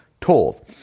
told